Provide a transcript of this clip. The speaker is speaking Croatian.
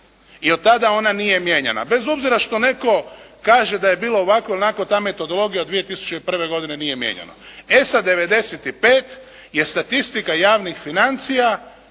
I od tada ona nije mijenjana, bez obzira što netko kaže da je bilo ovako ili onako, ta metodologija od 2001. godine nije mijenjano. E sada 95. je statistika javnih financija